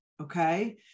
okay